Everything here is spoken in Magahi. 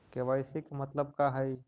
के.वाई.सी के मतलब का हई?